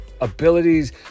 abilities